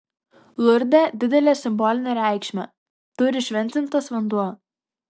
lurde didelę simbolinę reikšmę turi šventintas vanduo